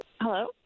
Hello